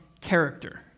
character